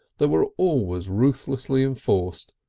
that were always ruthlessly enforced,